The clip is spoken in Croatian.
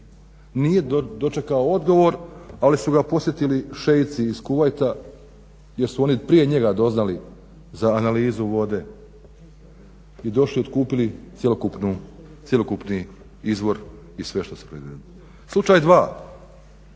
Nije dočekao odgovor, ali su ga posjetili šeici iz Kuvajta jer su oni prije njega doznali za analizu vode i došli, otkupili cjelokupni izvor i sve što se proizvode. Slučaj dva,